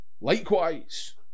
Likewise